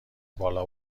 بالا